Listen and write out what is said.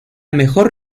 mejor